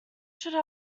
should